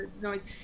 noise